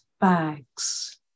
bags